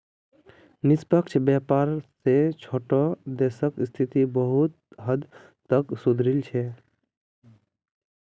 निष्पक्ष व्यापार स छोटो देशक स्थिति बहुत हद तक सुधरील छ